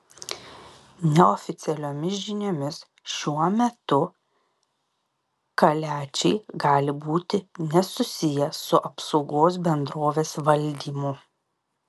neoficialiomis žiniomis šiuo metu kaliačiai gali būti nesusiję su apsaugos bendrovės valdymu